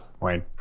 Wayne